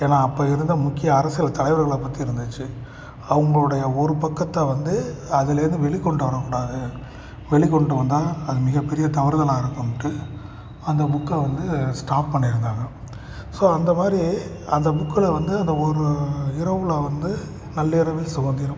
ஏன்னா அப்போ இருந்த முக்கிய அரசியல் தலைவர்களை பற்றி இருந்துச்சு அவங்களோடைய ஒரு பக்கத்தை வந்து அதிலேருந்து வெளிக்கொண்டு வரக்கூடாது வெளிக்கொண்டு வந்தால் அது மிகப்பெரிய தவறுதலாக இருக்குதுன்ட்டு அந்த புக்கை வந்து ஸ்டாப் பண்ணிருந்தாங்க ஸோ அந்த மாதிரி அந்த புக்கில் வந்து அந்த ஒரு இரவில் வந்து நள்ளிரவில் சுதந்திரம்